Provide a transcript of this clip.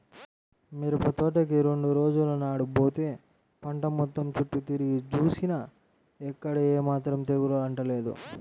మిరపతోటకి రెండు రోజుల నాడు బోతే పంట మొత్తం చుట్టూ తిరిగి జూసినా ఎక్కడా ఏమాత్రం తెగులు అంటలేదు